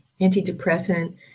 antidepressant